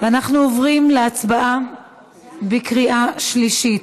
אנחנו עוברים להצבעה בקריאה שלישית.